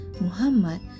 Muhammad